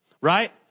Right